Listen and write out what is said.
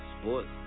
Sports